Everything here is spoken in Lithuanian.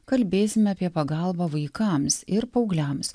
kalbėsime apie pagalbą vaikams ir paaugliams